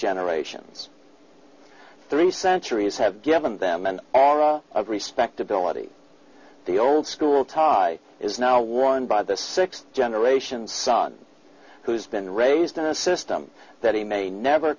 generations three centuries have given them an aura of respectability the old school tie is now worn by the sixth generation son who's been raised in a system that he may never